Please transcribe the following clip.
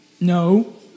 No